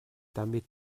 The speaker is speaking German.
damit